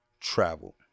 travel